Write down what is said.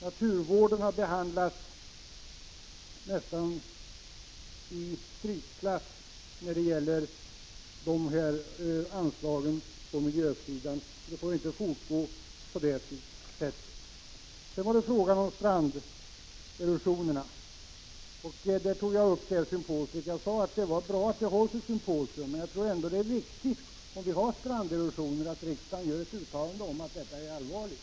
Naturvården har varit nästan i strykklass när det gäller anslagen på miljösidan. Så får det inte fortgå. Beträffande frågan om stranderosion, som jag tog upp, sade jag att det var bra att det hålls ett symposium. Men det är viktigt, om vi har stranderosion, att riksdagen gör ett uttalande om att detta är allvarligt.